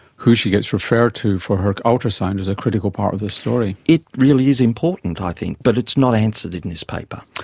who she gets referred to for her ultrasound is a critical part of the story. it really is important i think, but it's not answered in this paper.